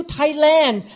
Thailand